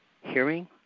hearing